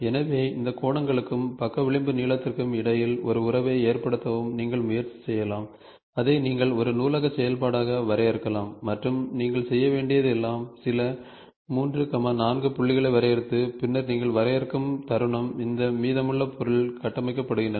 எனவே இந்த கோணங்களுக்கும் பக்க விளிம்பு நீளத்திற்கும் இடையில் ஒரு உறவை ஏற்படுத்தவும் நீங்கள் முயற்சி செய்யலாம் அதை நீங்கள் ஒரு நூலக செயல்பாடாக வரையறுக்கலாம் மற்றும் நீங்கள் செய்ய வேண்டியது எல்லாம் சில 3 4 புள்ளிகளை வரையறுத்து பின்னர் நீங்கள் வரையறுக்கும் தருணம் இந்த மீதமுள்ள பொருள் கட்டமைக்கப்படுகின்றன